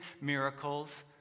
miracles